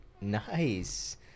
Nice